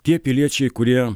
tie piliečiai kurie